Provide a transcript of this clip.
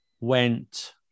went